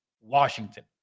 Washington